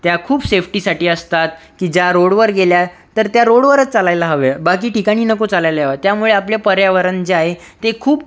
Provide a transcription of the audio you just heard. त्या खूप सेफ्टीसाठी असतात की ज्या रोडवर गेल्या तर त्या रोडवरच चालायला हव्या बाकी ठिकाणी नको चालायला हव्या त्यामुळे आपले पर्यावरण जे आहे ते खूप